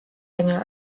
länger